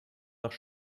nach